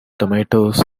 tomatoes